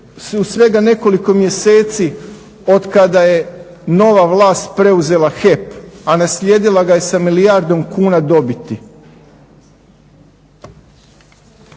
u svega nekoliko mjeseci od kada je nova vlast preuzela HEP, a naslijedila ga je sa milijardom kuna dobiti.